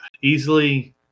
easily